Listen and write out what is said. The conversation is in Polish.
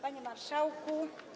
Panie Marszałku!